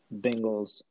Bengals